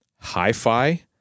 hi-fi